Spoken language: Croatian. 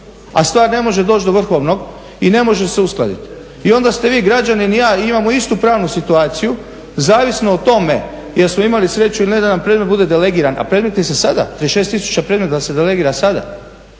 a stvar ne može doći do vrhovnog i ne može se uskladiti. I onda ste vi građanin i ja i imamo istu pravnu situaciju zavisno o tome jesmo li imali sreću ili ne da nam predmet bude delegiran, a predmeti se sada 36 tisuća predmeta se delegira sada